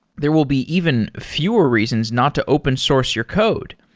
there will be even fewer reasons not to open source your code.